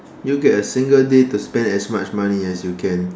you get a single day to spend as much money as you can